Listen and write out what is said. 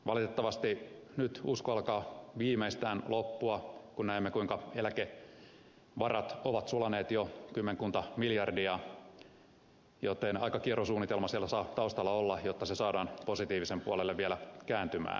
valitettavasti nyt usko alkaa viimeistään loppua kun näemme kuinka eläkevarat ovat sulaneet jo kymmenkunta miljardia joten aika kiero suunnitelma siellä saa taustalla olla jotta se saadaan positiivisen puolelle vielä kääntymään